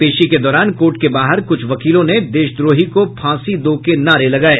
पेशी के दौरान कोर्ट के बाहर कुछ वकीलों ने देशद्रोही को फांसी दो के नारे लगाये